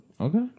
Okay